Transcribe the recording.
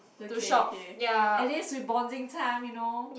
okay okay at least we bonding time you know